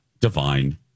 divine